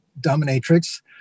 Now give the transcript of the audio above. dominatrix